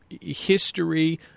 history